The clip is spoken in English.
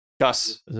Gus